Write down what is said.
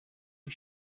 you